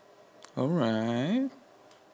alright